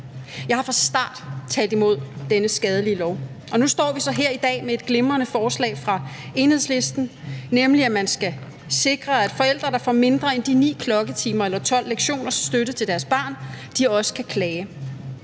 Jeg har fra starten talt imod denne skadelige lov, og nu står vi så her i dag med et glimrende forslag fra Enhedslisten, nemlig om, at man skal sikre, at forældre, der får mindre end de 9 klokketimers eller 12 lektioners støtte til deres barn, også kan klage.